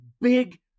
big